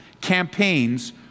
campaigns